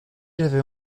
j’avais